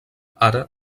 ara